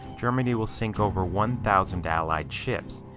germany will sink over one thousand allied ships.